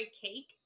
cake